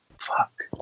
Fuck